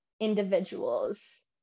individuals